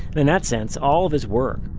in that sense, all of his work,